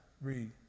Read